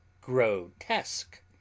grotesque